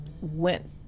went